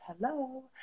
Hello